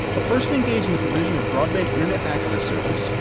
a person engaged in the provision of broadband internet access service,